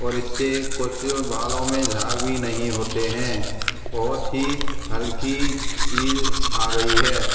और इससे कुछ बालों में झाग भी नहीं होते हैं बहुत ही हल्की चीज़ आ गई है